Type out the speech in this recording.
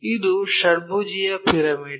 ಇದು ಷಡ್ಭುಜೀಯ ಪಿರಮಿಡ್